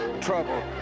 trouble